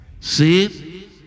See